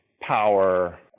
power